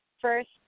first